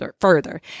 further